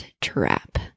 trap